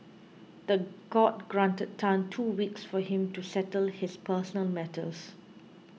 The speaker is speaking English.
the court granted Tan two weeks for him to settle his personal matters